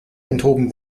enthoben